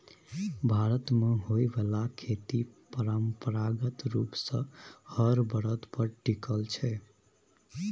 भारत मे होइ बाला खेती परंपरागत रूप सँ हर बरद पर टिकल छै